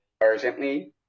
urgently